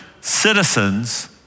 citizens